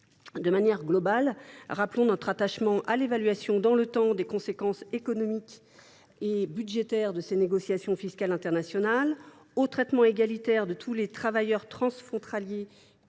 De manière globale, rappelons notre attachement à l’évaluation dans le temps des conséquences économiques et budgétaires de ces négociations fiscales internationales, au traitement égalitaire de tous les travailleurs transfrontaliers,